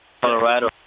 Colorado